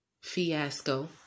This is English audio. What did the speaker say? fiasco